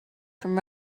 from